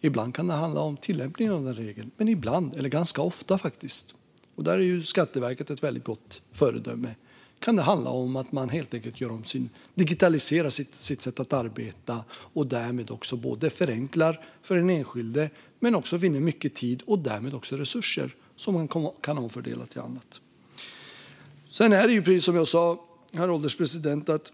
ibland kan det handla om tillämpningen av den regeln och ibland, faktiskt ganska ofta, kan det handla om att man digitaliserar sitt sätt att arbeta - där är Skatteverket ett gott föredöme - och på så sätt förenklar för den enskilde men också vinner mycket tid och därmed också resurser som man kan omfördela till annat. Herr ålderspresident!